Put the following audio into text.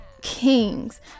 kings